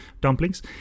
dumplings